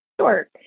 Sure